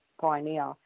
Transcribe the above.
pioneer